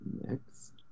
Next